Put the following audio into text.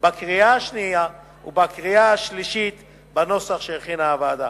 בקריאה השנייה ובקריאה השלישית בנוסח שהכינה הוועדה.